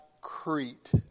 Crete